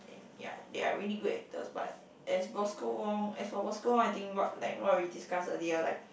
and ya they are really good actors but as Bosco-Wong as for Bosco-Wong I think what like what we discussed earlier like